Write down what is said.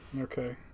Okay